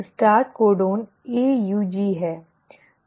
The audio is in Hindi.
प्रारंभ कोडन AUG है